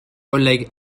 oleg